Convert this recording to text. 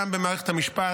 גם במערכת המשפט.